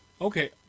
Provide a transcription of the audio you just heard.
Okay